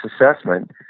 assessment